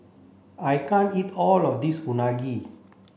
I can't eat all of this Unagi